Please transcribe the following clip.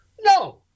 No